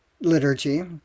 liturgy